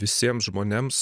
visiems žmonėms